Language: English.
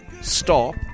stop